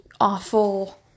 awful